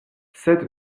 sed